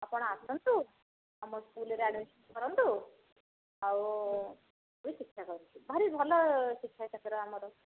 ଆପଣ ଆସନ୍ତୁ ଆମ ସ୍କୁଲ୍ରେ ଆଡ଼ମିଶନ୍ କରନ୍ତୁ ଆଉ ଭାରି ଭଲ ଶିକ୍ଷାକେନ୍ଦ୍ର ଆମର